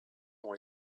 ont